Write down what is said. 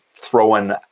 throwing